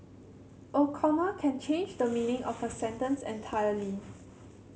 a comma can change the meaning of a sentence entirely